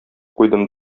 куйдым